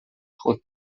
خود